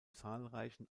zahlreichen